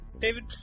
David